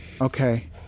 Okay